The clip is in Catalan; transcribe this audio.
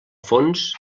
fons